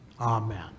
amen